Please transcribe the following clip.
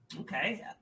Okay